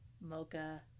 mocha